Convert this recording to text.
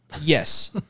Yes